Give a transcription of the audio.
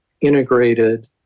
integrated